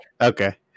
Okay